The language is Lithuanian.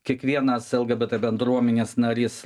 kiekvienas lgbt bendruomenės narys